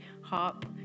harp